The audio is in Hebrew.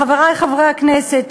חברי חברי הכנסת,